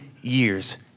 years